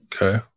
Okay